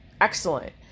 Excellent